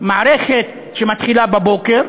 מערכת שמתחילה בבוקר